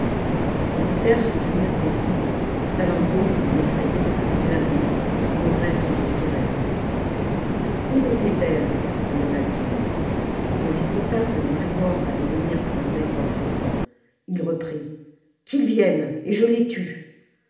pour le faire se tenir paisible salammbô voulut l'effrayer avec lamia une ogresse de cyrène oii donc est-elle demanda-t-il on lui conta que des brigands allaient venir pour le mettre en prison il reprit qu'ils viennent et je les tue